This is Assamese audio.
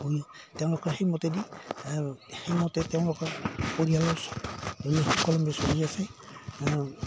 কৰি তেওঁলোকে সেইমতেদি সেইমতে তেওঁলোকে পৰিয়ালৰ চব সকলো সুকলমে চলি আছে